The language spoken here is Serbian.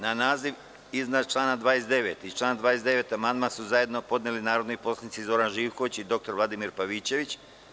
Na naziv iznad člana 29. i član 29. amandman su zajedno podneli narodni poslanici Zoran Živković i dr Vladimir Pavićević.